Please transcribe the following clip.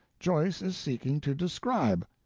joyce is seeking to describe.